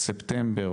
ספטמבר,